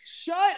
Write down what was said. Shut